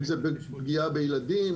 אם זה פגיעה בילדים,